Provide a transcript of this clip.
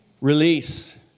Release